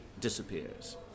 disappears